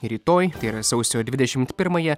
rytoj tai yra sausio dvidešimt pirmąją